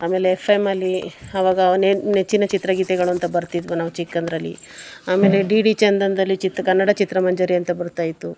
ಆಮೇಲೆ F M ಅಲ್ಲಿ ಆವಾಗ ನೆಚ್ಚಿನ ಚಿತ್ರಗೀತೆಗಳು ಅಂತ ಬರ್ತಿದ್ದವು ನಾವು ಚಿಕ್ಕಂದರಲ್ಲಿ ಆಮೇಲೆ ಡಿ ಡಿ ಚಂದನದಲ್ಲಿ ಚಿತ್ರ ಕನ್ನಡ ಚಿತ್ರಮಂಜರಿ ಅಂತ ಬರ್ತಾಯಿತ್ತು